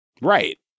Right